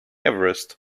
everest